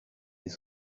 des